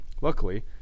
Luckily